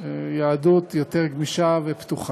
יהדות יותר גמישה ופתוחה.